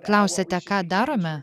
klausiate ką darome